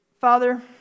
Father